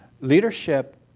leadership